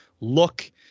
look